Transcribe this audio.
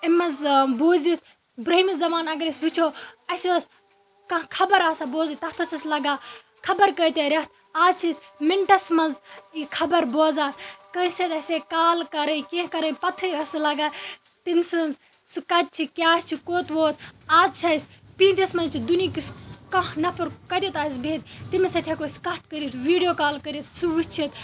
اَمہِ مَنٛزٕ بوزِتھ برہمہِ زمانہٕ اَگر أسۍ وُچھو اَسہٕ ٲسۍ کانٛہہ خبَر آسان بوزٕنۍ تَتھ ٲسۍ اَسہِ لَگان خبَر کٲتیاہ رٮ۪تھ اَز چھِ أسۍ مینٹَس مَنٛز یہِ خَبَر بوزان کٲنسہِ سۭتۍ آسہِ کال کَرٕنۍ کیٚنٛہہ کَرٕنۍ پَتہٕے ٲس نہٕ لَگان تٔمۍ سٕنٛز سُہ کَتہِ چھُ کیاہ چھُ کوٚت ووت اَز چھِ اَسہِ پیٖنتِس مَنٛز چھُ دُنہِکِس کانٛہہ نَفَر کَتٮ۪تھ آسہِ بِہِت تٔمِس سۭتۍ ہیٚکو أسۍ کَتھ کٔرِتھ ویڑیو کال کٔرِتھ سُہ وُچھِتھ